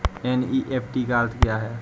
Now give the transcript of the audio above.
NEFT का अर्थ क्या है?